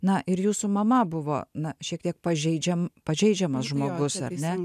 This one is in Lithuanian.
na ir jūsų mama buvo na šiek tiek pažeidžiam pažeidžiamas žmogus ar ne